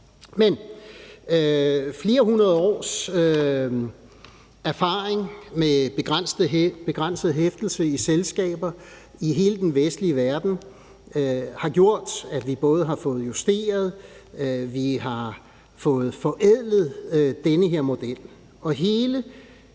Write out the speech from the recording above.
Flere hundrede års erfaring med begrænset hæftelse i selskaber i hele den vestlige verden har gjort, at vi både har fået justeret og forædlet den her model.